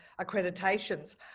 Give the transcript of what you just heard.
accreditations